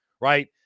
right